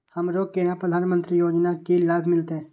हमरो केना प्रधानमंत्री योजना की लाभ मिलते?